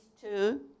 two